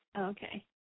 Okay